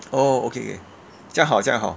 oh okay okay 这样好这样好